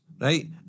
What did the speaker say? right